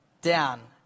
down